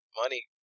Money